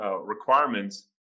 requirements